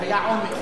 היה עומס,